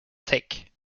take